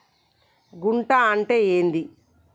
గుంట అంటే ఏంది?